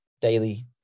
daily